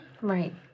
Right